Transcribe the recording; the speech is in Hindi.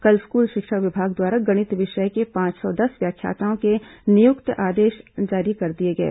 कल स्कूल शिक्षा विभाग द्वारा गणित विषय के पांच सौ दस व्याख्याताओं के नियुक्ति आदेश जारी कर दिए गए